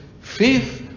Faith